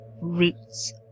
Roots